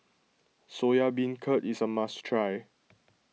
Soya Beancurd is a must try